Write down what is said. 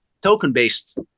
token-based